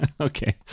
Okay